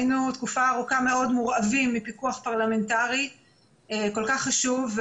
היינו תקופה ארוכה מאוד מורעבים מפיקוח פרלמנטרי כל כך חשוב,